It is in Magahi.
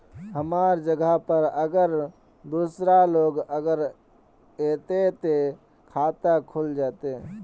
हमर जगह पर अगर दूसरा लोग अगर ऐते ते खाता खुल जते?